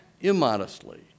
immodestly